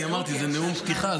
אני אמרתי: זה נאום פתיחה,